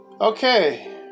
Okay